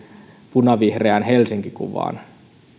punavihreään helsinki kuvaan